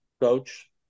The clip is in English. coach